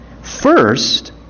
first